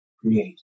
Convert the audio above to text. create